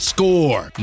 Score